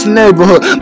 neighborhood